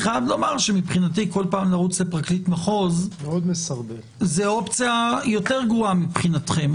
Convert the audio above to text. מבחינתי כל פעם לרוץ לפרקליט מחוז זה אופציה יותר גרועה מבחינתכם.